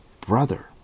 brother